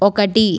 ఒకటి